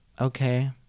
okay